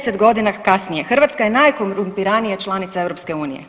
10 godina kasnije Hrvatska je najkorumpiranija članica EU.